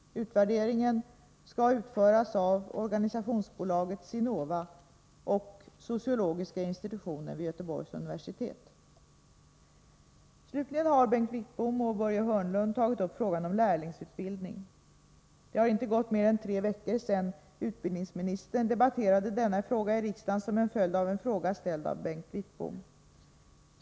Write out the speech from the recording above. Utvärderingen skall utföras av organisationsbolaget SINOVA och sociologiska institutionen vid Göteborgs universitet. Slutligen har Bengt Wittbom och Börje Hörnlund tagit upp frågan om lärlingsutbildning. Det har inte gått mer än tre veckor sedan utbildningsministern debatterade denna fråga i riksdagen som en följd av en fråga ställd av Bengt Wittbom.